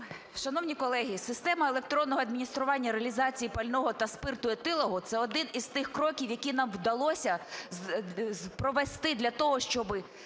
Шановні колеги, система електронного адміністрування реалізації пального та спирту етилового – це один із тих кроків, які нам вдалося провести для того, щоби